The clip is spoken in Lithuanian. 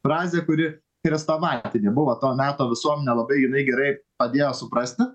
frazė kuri chrestomatinė buvo to meto visuomenė labai jinai gerai padėjo suprasti